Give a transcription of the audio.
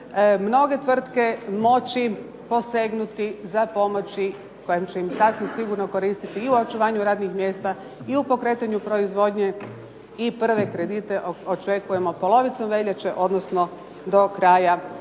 mnoge tvrtke moći posegnuti za pomoći koja će im sasvim sigurno koristiti i u očuvanju radnih mjesta i u pokretanju proizvodnje i prve kredite očekujemo polovicom veljače, odnosno do kraja